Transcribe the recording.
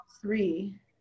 three